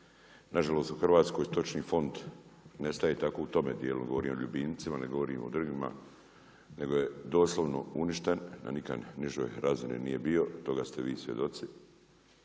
nažalost u Hrvatskoj Stočni fond ne staje tako u tome dijelu, govorim o ljubimcima ne govorim o drugima nego je doslovno uništen, na nikad nižoj razini nije bio, toga ste vi svjedoci,